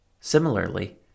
Similarly